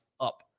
up